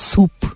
Soup